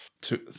Two